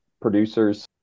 Producers